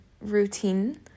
routine